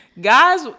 Guys